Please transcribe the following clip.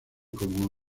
como